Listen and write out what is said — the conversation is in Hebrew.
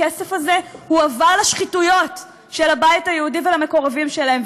הכסף הזה הועבר לשחיתויות של הבית היהודי ולמקורבים שלהם.